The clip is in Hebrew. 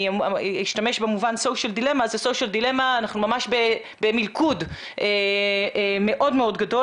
אנחנו ממש במלכוד מאוד גדול.